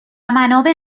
منابع